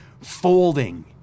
folding